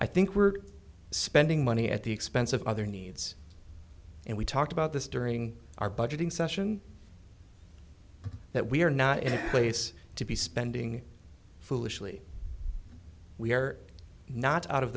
i think we're spending money at the expense of other needs and we talked about this during our budgeting session that we are not in place to be spending foolishly we are not out of